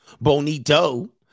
Bonito